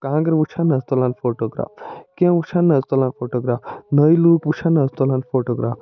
کانٛگر وُچھٕ ہَن نہٕ حظ تُلَن فوٹوٗگراف کیٚنہہ وُچھ ہَن نہٕ حظ تُلہَن فوٹوٗگراف نٕے لوٗکھ وُچھ ہَن نہٕ حظ تُلَن فوٹوٗگراف